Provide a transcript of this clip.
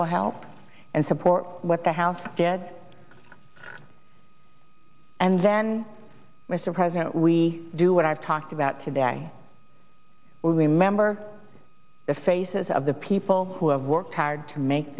will help and support what the house did and then mr president we do what i've talked about today we remember the faces of the people who have worked hard to make